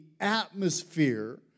atmosphere